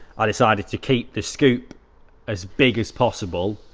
decided to keep the scoop as big as possible.